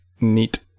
neat